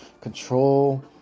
control